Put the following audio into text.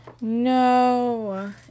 no